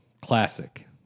Classic